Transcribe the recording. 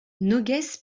noguès